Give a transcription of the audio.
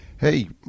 hey